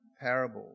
parable